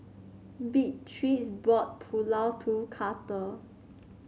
Beatriz bought Pulao to Karter